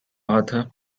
arthur